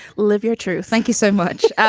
live your truth. thank you so much.